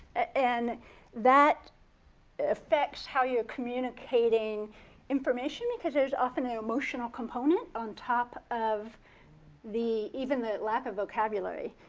and that affecting how you are communicating information. because there's often an emotional component on top of the even the lack of vocabulary,